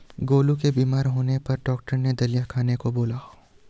गोलू के बीमार होने पर डॉक्टर ने दलिया खाने का बोला